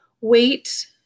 weight